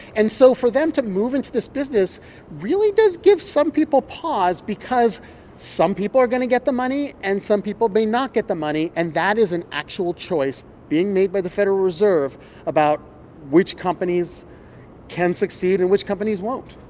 and so for them to move into this business really does give some people pause because some people are going to get the money and some people may not get the money. and that is an actual choice being made by the federal reserve about which companies can succeed and which companies won't